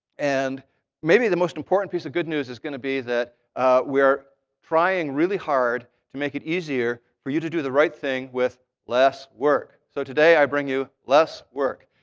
and maybe the most important piece of good news is going to be that we are trying really hard to make it easier for you to do the right thing with less work. so today, i bring you less work.